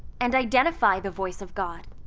and identify the voice of god.